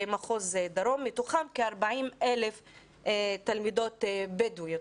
מתוכם כ-40,000 תלמידות בדואיות,